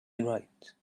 right